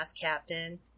captain